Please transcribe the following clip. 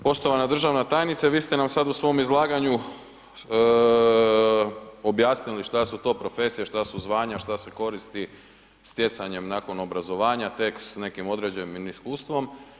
Poštovana državna tajnice vi ste nam sad u svom izlaganju objasnili šta su to profesije, šta su zvanja, šta se koristi stjecanjem nakon obrazovanja tek s nekim određenim iskustvom.